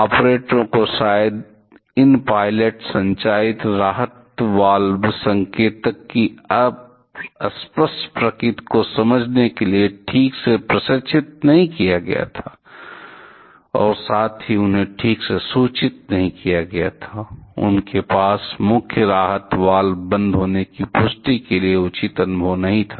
ऑपरेटरों को शायद इन पायलट संचालित राहत वाल्व संकेतक की अस्पष्ट प्रकृति को समझने के लिए ठीक से प्रशिक्षित नहीं किया गया था और साथ ही उन्हें ठीक से सूचित नहीं किया गया था उनके पास मुख्य राहत वाल्व बंद होने की पुष्टि के लिए उचित अनुभव नहीं था